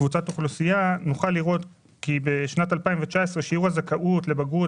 נוכל לראות כי בשנת 2019 שיעור הזכאות לבגרות